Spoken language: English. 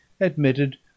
admitted